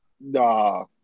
nah